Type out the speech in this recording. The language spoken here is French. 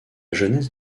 jeunesse